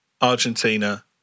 Argentina